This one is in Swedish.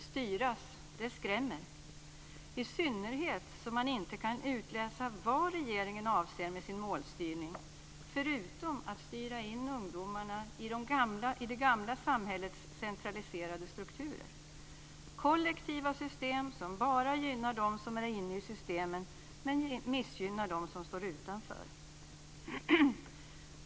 Styras - det skrämmer, i synnerhet som man inte kan utläsa vad regeringen avser med sin målstyrning förutom att styra in ungdomarna i det gamla samhällets centraliserade strukturer, i kollektiva system som bara gynnar dem som är inne i systemen men missgynnar dem som står utanför.